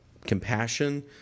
compassion